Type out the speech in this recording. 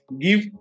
give